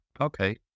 Okay